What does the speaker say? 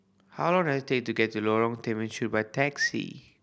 how long does it take to get to Lorong Temechut by taxi